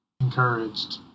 encouraged